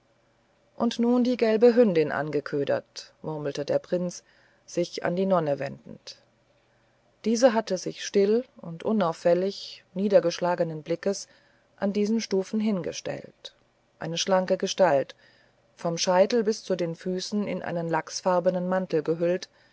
und nun die gelbe hündin angeködert murmelte der prinz sich an die nonne wendend diese hatte sich still und unauffällig niedergeschlagenen blickes an diesen stufen hingestellt eine schlanke gestalt vom scheitel bis zu den füßen in einen lachsfarbenen mantel gehüllt